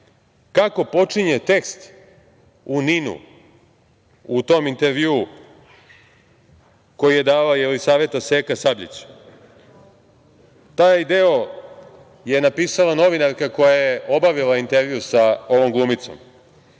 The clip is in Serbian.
kako počinje tekst u NIN-u u tom intervjuu koji je dala Jelisaveta Seka Sabljić. Taj deo je napisala novinarka koja je obavila intervju sa ovom glumicom.